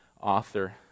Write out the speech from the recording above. author